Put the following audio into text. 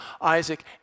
Isaac